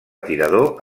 tirador